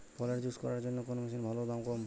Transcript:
ফলের জুস করার জন্য কোন মেশিন ভালো ও দাম কম?